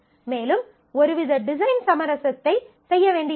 மேலும் ஒருவித டிசைன் சமரசத்தை செய்ய வேண்டியிருக்கும்